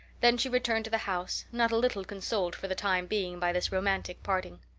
then she returned to the house, not a little consoled for the time being by this romantic parting.